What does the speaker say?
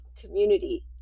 community